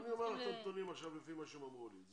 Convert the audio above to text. אז אני אומר לך את הנתונים עכשיו לפי מה שהם אמרו לי.